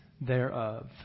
thereof